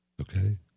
okay